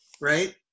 right